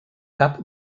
cap